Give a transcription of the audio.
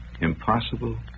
impossible